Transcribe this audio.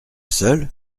seul